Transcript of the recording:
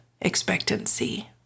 expectancy